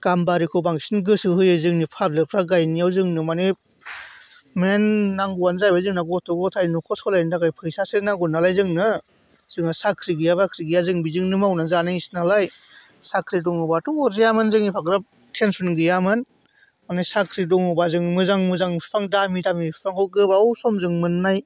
गाम्बारिखौ बांसिन गोसो होयो जोंनि पाब्लिकफ्रा गायनायाव जोंनो माने मेइन नांगौआनो जाहैबाय जोंना गथ' गथाय न'खर सालायनो थाखाय फैसासो नांगौ नालाय जोंनो जोंहा साख्रि गैया बाख्रि गैया जों बेजोंनो मावनानै जानायसो नालाय साख्रि दङब्लाथ' अरजायामोन जों एफाग्राब टेनसन गैयामोन माने साख्रि दङब्ला जों मोजां मोजां बिफां दामि दामि बिफांखौ गोबाव समजों मोननाय